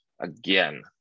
again